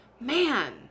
man